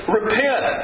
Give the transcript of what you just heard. repent